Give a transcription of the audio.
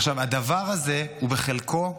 עכשיו, הדבר הזה הוא בחלקו בר-מניעה,